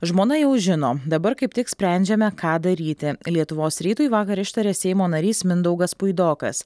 žmona jau žino dabar kaip tik sprendžiame ką daryti lietuvos rytui vakar ištarė seimo narys mindaugas puidokas